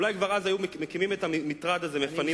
אולי כבר היו מפנים את המטרד הזה משם.